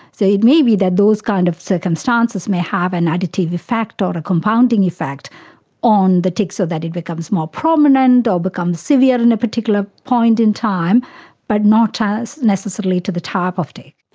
so it may be that those kind of circumstances may have an additive effect or a compounding effect on the tics so that it becomes more prominent or becomes severe in a particular point in time but not as necessarily to the type of tic.